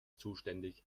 zuständig